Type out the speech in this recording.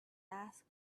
asked